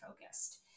focused